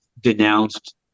denounced